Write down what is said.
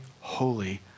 holy